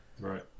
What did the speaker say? Right